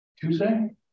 Tuesday